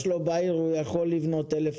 עם האהדה שיש לו בעיר הוא יכול לבנות 1,000,